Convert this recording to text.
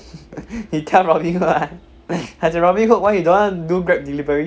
you tell robin hood ah as a robin hood why you don't want do Grab delivery